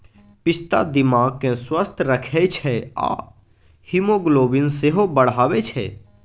पिस्ता दिमाग केँ स्वस्थ रखै छै आ हीमोग्लोबिन सेहो बढ़ाबै छै